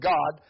God